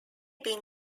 been